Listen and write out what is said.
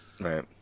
Right